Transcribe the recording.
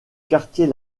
quartier